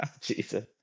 Jesus